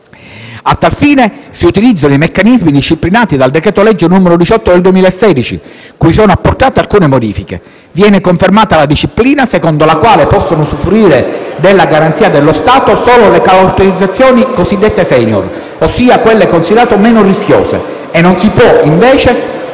A tal fine, si utilizzano i meccanismi disciplinati dal decreto-legge n. 18 del 2016, cui sono apportate alcune modifiche. Viene confermata la disciplina secondo la quale possono usufruire della garanzia dello Stato solo le cartolarizzazioni cosiddette *senior*, ossia quelle considerate meno rischiose, e non si può invece